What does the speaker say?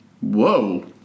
Whoa